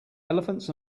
elephants